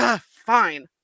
fine